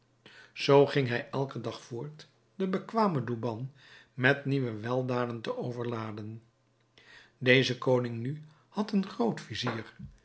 zoo ging hij elken dag voort den bekwamen douban met nieuwe weldaden te overladen deze koning nu had een